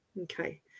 okay